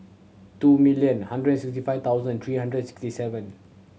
two million hundred sixty five thousand three hundred sixty seven